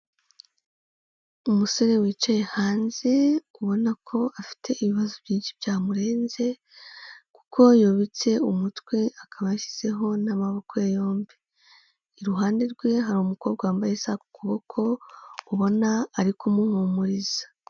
Umusore wicaye hanze, ubona ko afite ibibazo byinshi byamurenze kuko yubitse umutwe akaba ashyizeho n'amaboko yombi, iruhande rwe hari umukobwa wambaye isaha ku kuboko, ubona ari kumuhumuriza.